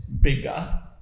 bigger